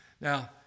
Now